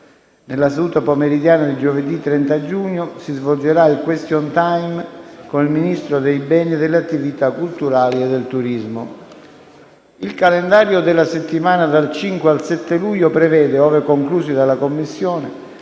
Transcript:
Nella seduta pomeridiana di giovedì 30 giugno si svolgerà il *question time* con il Ministro dei beni e delle attività culturali e del turismo. Il calendario della settimana dal 5 al 7 luglio prevede - ove conclusi dalle Commissioni